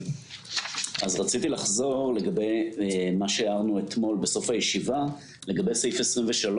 רציתי לחזור לגבי מה שהערנו אתמול בסוף הישיבה לגבי סעיף 23,